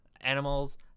animals